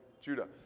Judah